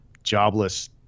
jobless